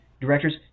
directors